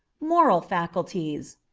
moral faculties.